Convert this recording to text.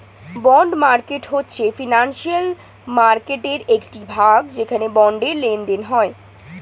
bond market হয়েছে financial মার্কেটয়ের একটি ভাগ যেখানে বন্ডের লেনদেন হয়